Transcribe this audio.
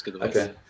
okay